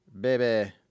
Baby